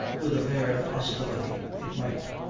with a bare possibility, it might.